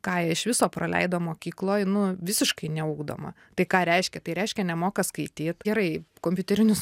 kaja iš viso praleido mokykloj nu visiškai neugdoma tai ką reiškia tai reiškia nemoka skaityt gerai kompiuterinius